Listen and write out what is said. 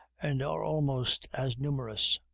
and are almost as numerous.